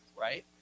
right